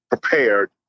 prepared